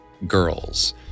girls